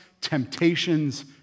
temptation's